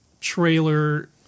trailer